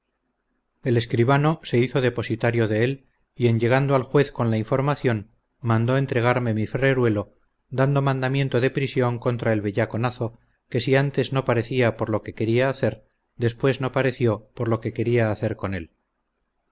el escribano se hizo depositario de él y en llegando al juez con la información mandó entregarme mi ferreruelo dando mandamiento de prisión contra el bellaconazo que si antes no parecía por lo que quería hacer después no pareció por lo que quería hacer con él